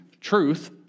truth